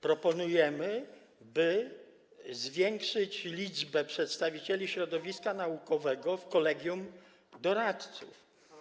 Proponujemy, by zwiększyć liczbę przedstawicieli środowiska naukowego w Kolegium Doradców.